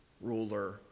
ruler